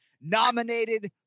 nominated